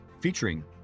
featuring